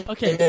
Okay